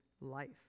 life